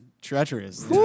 treacherous